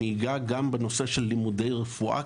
אגע גם בנושא של לימודי רפואה,